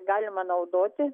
galima naudoti